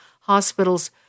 hospitals